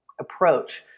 approach